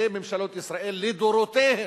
זה ממשלות ישראל לדורותיהן.